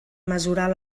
mesurar